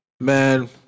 man